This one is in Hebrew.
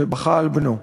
ובכה על בנו.